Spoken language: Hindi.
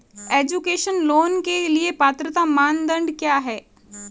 एजुकेशन लोंन के लिए पात्रता मानदंड क्या है?